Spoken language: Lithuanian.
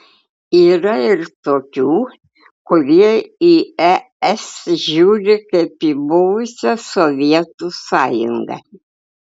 yra ir tokių kurie į es žiūri kaip į buvusią sovietų sąjungą